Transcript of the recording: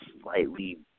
slightly